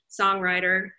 songwriter